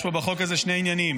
יש בחוק הזה שני עניינים.